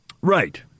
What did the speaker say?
right